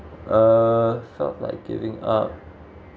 uh felt like giving up